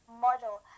model